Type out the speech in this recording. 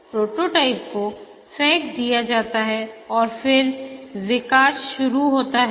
prototype को फेंक दिया जाता है और फिर विकास शुरू होता है